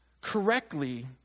correctly